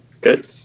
Good